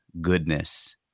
goodness